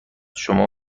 شما